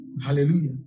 Hallelujah